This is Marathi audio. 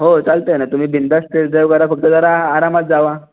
हो चालतं आहे ना तुम्ही बिनधास्त टेस्ट ड्राइव करा फक्त जरा आरामात जावा